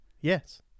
Yes